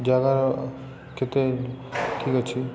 ଜାଗା କେତେ ଠିକ୍ ଅଛି